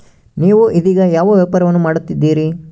ನೇವು ಇದೇಗ ಯಾವ ವ್ಯಾಪಾರವನ್ನು ಮಾಡುತ್ತಿದ್ದೇರಿ?